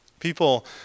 People